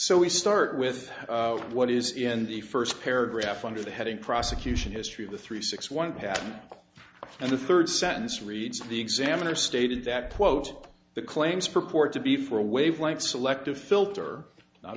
so we start with what is in the first paragraph under the heading prosecution history of the three six one patent and the third sentence reads the examiner stated that quote the claims purport to be for a wavelength selective filter not